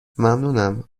ممنونم